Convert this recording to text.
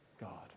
God